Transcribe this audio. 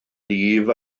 lif